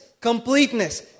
completeness